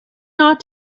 not